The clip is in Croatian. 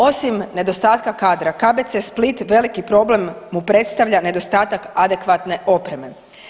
Osim nedostatka kadra KBC Split veliki problem mu predstavlja nedostatak adekvatne opreme.